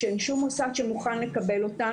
שאין שום מוסד שמוכן לקבל אותן.